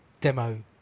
demo